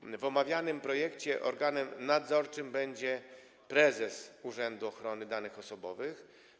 Zgodnie z omawianym projektem organem nadzorczym będzie prezes Urzędu Ochrony Danych Osobowych.